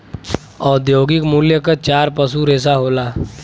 औद्योगिक मूल्य क चार पसू रेसा होला